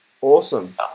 Awesome